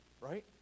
right